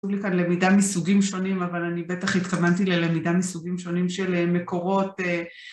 כתוב לי כאן למידה מסוגים שונים אבל אני בטח התכוונתי ללמידה מסוגים שונים של מקורות